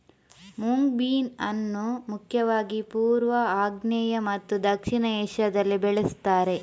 moong bean ಅನ್ನು ಮುಖ್ಯವಾಗಿ ಪೂರ್ವ, ಆಗ್ನೇಯ ಮತ್ತು ದಕ್ಷಿಣ ಏಷ್ಯಾದಲ್ಲಿ ಬೆಳೆಸ್ತಾರೆ